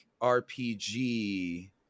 RPG